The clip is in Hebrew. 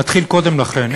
נתחיל קודם לכן,